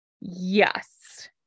Yes